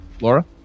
Laura